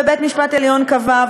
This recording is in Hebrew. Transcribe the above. ובית-המשפט העליון קבע,